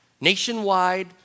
Nationwide